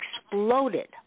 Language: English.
exploded